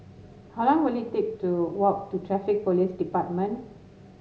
how long will it take to walk to Traffic Police Department